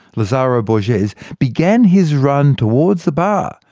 lazaro borges began his run towards the bar,